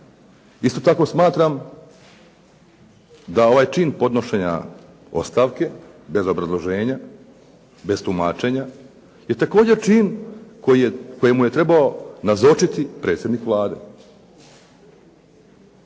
Isto tako smatram da ovaj čin podnošenja ostavke, bez obrazloženja, bez tumačenja je također čin kojemu je trebao nazočiti predsjednik Vlade.